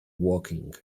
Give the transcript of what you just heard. walking